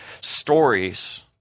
stories